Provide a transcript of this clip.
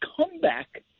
comeback